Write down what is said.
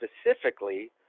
specifically